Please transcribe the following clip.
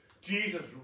Jesus